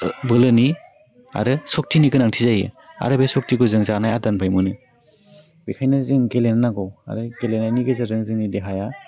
बोलोनि आरो सक्टिनि गोनांथि जायो आरो बे सक्टिखौ जों जानाय आदारनिफ्राय मोनो बेखायनो जों गेलेनो नांगौ आरो गेलेनायनि गेजेरजों जोंनि देहाया